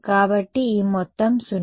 కాబట్టి ఈ మొత్తం 0